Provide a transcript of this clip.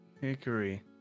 Hickory